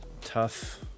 tough